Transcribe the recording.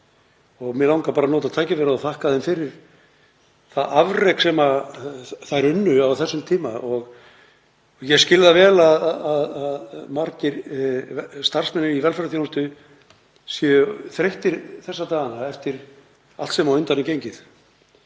Mig langar bara að nota tækifærið og þakka þeim fyrir það afrek sem þær unnu á þessum tíma og ég skil það vel að margir starfsmenn í velferðarþjónustu séu þreyttir þessa dagana eftir allt sem á undan er gengið.